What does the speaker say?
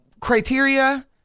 criteria